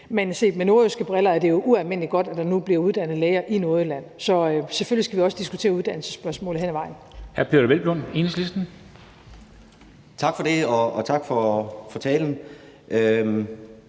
set med nordjyske briller er det ualmindelig godt, at der nu bliver uddannet læger i Nordjylland. Så selvfølgelig skal vi også diskutere uddannelsesspørgsmål hen ad vejen. Kl. 13:14 Formanden (Henrik Dam Kristensen):